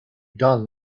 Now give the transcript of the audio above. done